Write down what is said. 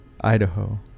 Idaho